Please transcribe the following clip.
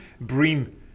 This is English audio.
bring